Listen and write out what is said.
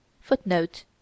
Footnote